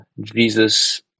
Jesus